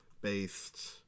based